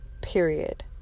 period